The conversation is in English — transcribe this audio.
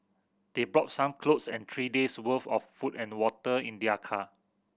they brought some clothes and three days' worth of food and water in their car